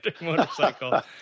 motorcycle